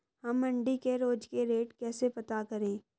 हम मंडी के रोज के रेट कैसे पता करें?